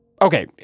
Okay